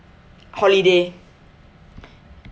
holiday